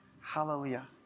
Hallelujah